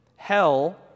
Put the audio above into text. Hell